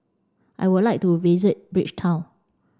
I would like to visit Bridgetown